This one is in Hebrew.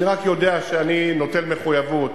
אני רק יודע שאני נוטל מחויבות